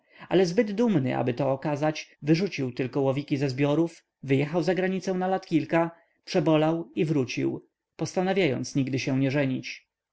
ale zbyt dumny aby to okazać wyrzucił tylko łowiki ze zbiorów wyjechał za granicę na lat kilka przebolał i wrócił postanawiając nigdy się nie żenić